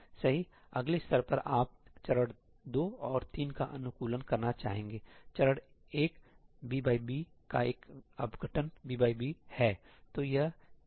अगले स्तर पर आप चरण 2 और 3 का अनुकूलन करना चाहेंगे चरण एक का एक अपघटन है